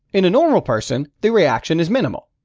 in a normal person the reaction is minimal.